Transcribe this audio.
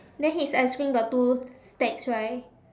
then his ice cream got two stacks right